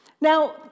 Now